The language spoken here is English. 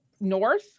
north